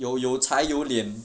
有有才有脸